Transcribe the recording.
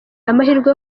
amahirwe